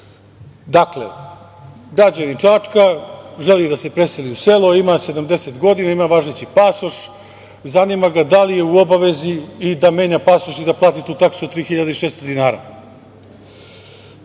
pasoš. Dakle, građanin Čačka želi da se preseli u selo, ima 70 godina, ima važeći pasoš i zanima ga da li je u obavezi i da menja pasoš i da plati tu taksu od 3.600 dinara. Kada